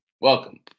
welcome